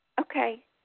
Okay